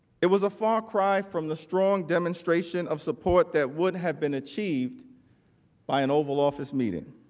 it was a far cry from the strong demonstration of support that would have been achieved by an oval office meeting.